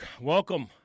welcome